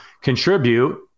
contribute